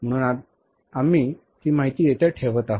म्हणून आम्ही ती माहिती येथे ठेवत आहोत